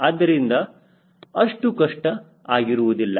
ಆದ್ದರಿಂದ ಅಷ್ಟು ಕಷ್ಟ ಆಗಿರುವುದಿಲ್ಲ